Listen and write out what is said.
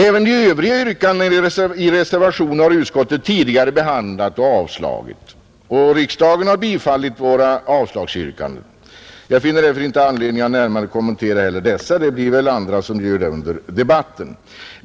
Även övriga yrkanden i reservationen har utskottet tidigare behandlat och avstyrkt, och riksdagen har bifallit våra avslagsyrkanden. Jag finner därför inte anledning att närmare kommentera heller dessa. Det kommer väl andra att göra under debatten.